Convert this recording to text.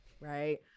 right